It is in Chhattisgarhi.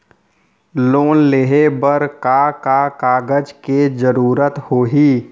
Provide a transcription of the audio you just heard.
लोन लेहे बर का का कागज के जरूरत होही?